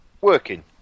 Working